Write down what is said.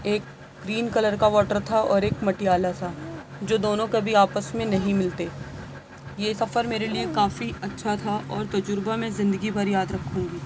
ایک cream colour کا water تھا اور ایک مٹیالہ سا جو دونوں کبھی آپس میں نہیں ملتے یہ سفر میرے لئے کافی اچھا تھا اور تجربہ میں زندگی بھر یاد رکھوں گی